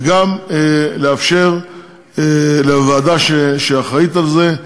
וגם לאפשר לוועדה שאחראית לזה,